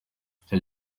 nicyo